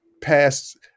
past